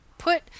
put